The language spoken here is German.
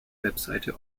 website